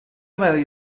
برای